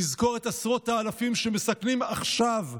נזכור את עשרות האלפים שמסכנים עכשיו,